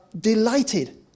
delighted